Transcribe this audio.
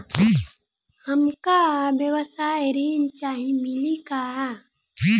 हमका व्यवसाय ऋण चाही मिली का?